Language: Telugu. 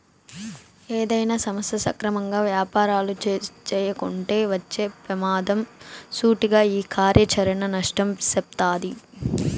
ఏదైనా సంస్థ సక్రమంగా యాపారాలు చేయకుంటే వచ్చే పెమాదం సూటిగా ఈ కార్యాచరణ నష్టం సెప్తాది